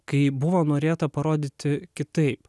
kai buvo norėta parodyti kitaip